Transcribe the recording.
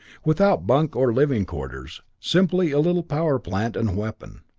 without bunk or living quarters, simply a little power plant and weapon.